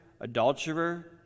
adulterer